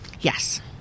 Yes